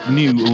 new